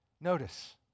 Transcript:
Notice